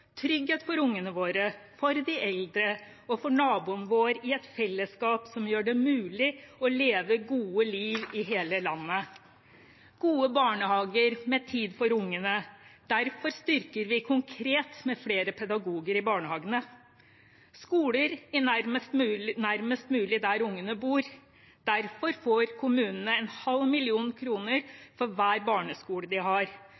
trygghet for ungene våre, for de eldre og for naboen vår i et felleskap som gjør det mulig å leve et godt liv i hele landet. Det er gode barnehager med tid for ungene, derfor styrker vi konkret med flere pedagoger i barnehagene. Det er skoler nærmest mulig der ungene bor, derfor får kommunene 0,5 mill. kr for hver barneskole de har.